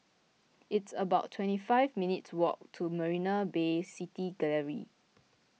it's about twenty five minutes' walk to Marina Bay City Gallery